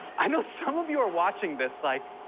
i know some of you are watching this like,